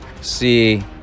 see